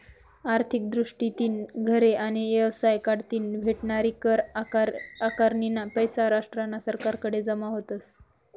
आर्थिक दृष्टीतीन घरे आणि येवसाय कढतीन भेटनारी कर आकारनीना पैसा राष्ट्रना सरकारकडे जमा व्हतस